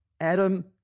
Adam